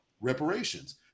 reparations